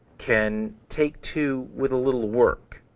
can take two with a little work.